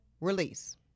release